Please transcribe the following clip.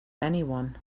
anyone